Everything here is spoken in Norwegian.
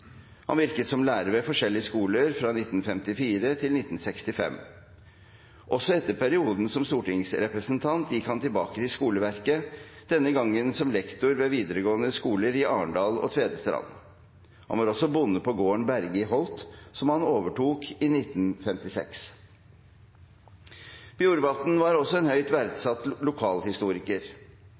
Han virket som lærer ved forskjellige skoler fra 1954 til 1965. Også etter perioden som stortingsrepresentant gikk han tilbake til skoleverket, denne gang som lektor ved videregående skoler i Arendal og Tvedestrand. Han var også bonde på gården Berge i Holt, som han overtok i 1956. Bjorvatn var også en høyt verdsatt lokalhistoriker,